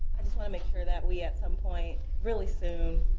i just wanna make sure that we at some point really soon